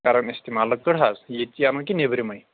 کَران اِستعمال لٔکٕر حظ ییتہِ چی اَنان کِنہٕ نٮ۪برِمٕے